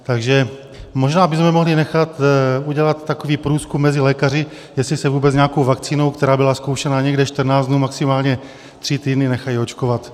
Takže možná bychom mohli nechat udělat takový průzkum mezi lékaři, jestli se vůbec nějakou vakcínou, která byla zkoušena někde 14 dnů, maximálně tři týdny, nechají očkovat.